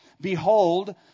Behold